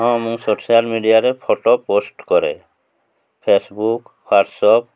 ହଁ ମୁଁ ସୋସିଆଲ୍ ମିଡ଼ିଆରେ ଫୋଟୋ ପୋଷ୍ଟ୍ କରେ ଫେସବୁକ୍ ହ୍ଵାଟସପ୍